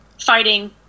fighting